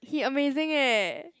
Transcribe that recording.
he amazing eh